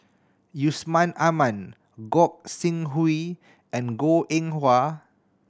Yusman Aman Gog Sing Hooi and Goh Eng Wah